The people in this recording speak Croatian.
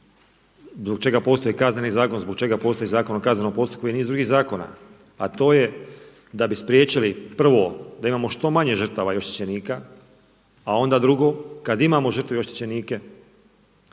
zbog čega postoji Kaznenih zakon, zbog čega postoji ZKP i niz drugih zakona a to je da bi spriječili, prvo da imamo što manje žrtava i oštećenika a onda drugo kada imamo žrtve i oštećenike,